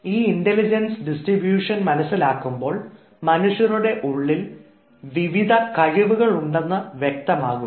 ഈ intelligence distribution മനസ്സിലാക്കുമ്പോൾ മനുഷ്യരുടെ ഉള്ളിൽ വിവിധ കഴിവുകൾ ഉണ്ടെന്ന് വ്യക്തമാകും